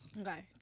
Okay